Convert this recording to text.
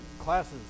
classes